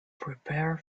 prepare